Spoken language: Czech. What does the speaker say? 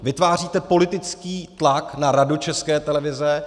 Vytváříte politický tlak na Radu České televize.